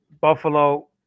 Buffalo